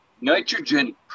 nitrogen